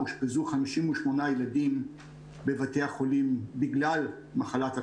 אושפזו 58 ילדים בבתי החולים בגלל מחלת הקורונה,